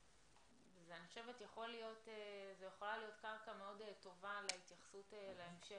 אני חושבת שזו יכולה להיות קרקע מאוד טובה להתייחסות להמשך,